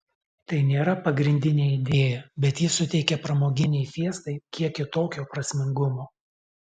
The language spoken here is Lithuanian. tai nėra pagrindinė idėja bet ji suteikia pramoginei fiestai kiek kitokio prasmingumo